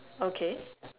okay